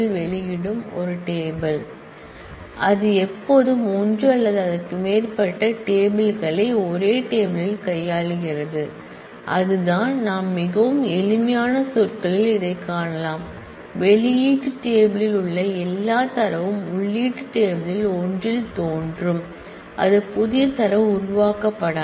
வெளியீடும் ஒரு டேபிள் அது எப்போதும் ஒன்று அல்லது அதற்கு மேற்பட்ட டேபிள் களை ஒரே டேபிள் ல் கையாளுகிறது அதுதான் நாம் மிகவும் எளிமையான சொற்களில் இதைக் காணலாம் வெளியீட்டு டேபிள் ல் உள்ள எல்லா டேட்டாம் உள்ளீட்டு டேபிள் ல் ஒன்றில் தோன்றும் அது புதிய டேட்டா உருவாக்கப்படாது